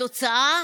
התוצאה,